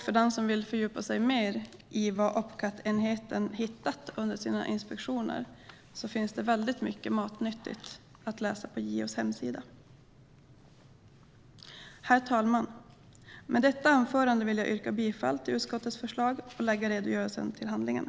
För den som vill fördjupa sig mer i vad Opcat-enheten hittat under sina inspektioner finns det mycket matnyttigt att läsa på JO:s hemsida. Herr talman! Med detta anförande vill jag yrka bifall till utskottets förslag att lägga redogörelsen till handlingarna.